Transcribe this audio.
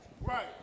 Right